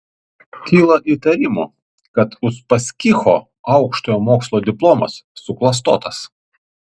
kyla įtarimų kad uspaskicho aukštojo mokslo diplomas suklastotas